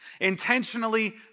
intentionally